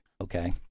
Okay